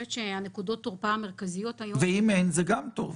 נקודות התורפה המרכזיות היום הן --- ואם אין זה גם טוב.